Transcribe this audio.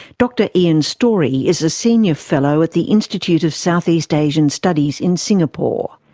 dr ian storey is a senior fellow at the institute of southeast asian studies in singapore.